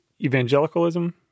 evangelicalism